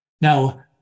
Now